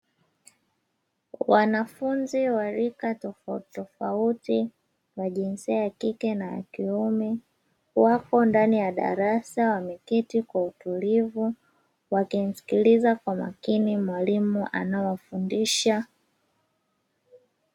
Wanafunzi wa rika tofauti tofauti wa jinsia ya (kike na ya kiume) wapo ndani ya darasa wameketi kwa utulivu, wakimsikiliza kwa makini mwalimu anayewafundisha.